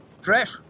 Fresh